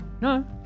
No